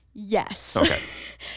Yes